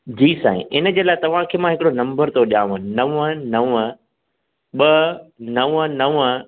जी साईं इन जे लाइ तव्हां खे मां हिकिड़ो नम्बर थो ॾियांव नवं नवं ॿ नवं नवं